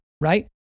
right